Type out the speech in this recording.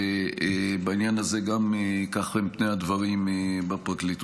ובעניין הזה כאלה הם פני הדברים בפרקליטות.